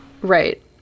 Right